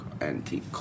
antique